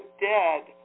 dead